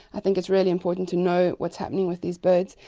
i think it's really important to know what's happening with these birds.